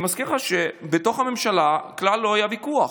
אני מזכיר לך שבתוך הממשלה כלל לא היה ויכוח.